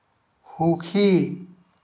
সুখী